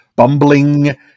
bumbling